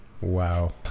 Wow